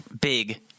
big